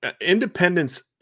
independence